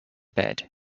bed